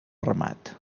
ramat